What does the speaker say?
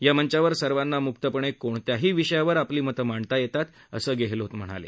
या मंचावर सर्वांना म्क्तपणे कोणत्याही विषयावर आपली मतं मांडता येतात असं गेहलोत यांनी सांगितलं